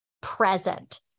present